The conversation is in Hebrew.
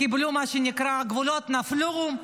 קיבלו, מה שנקרא, הגבולות נפלו,